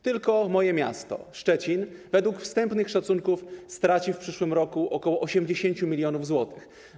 Tylko moje miasto Szczecin według wstępnych szacunków straci w przyszłym roku ok. 80 mln zł.